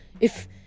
If-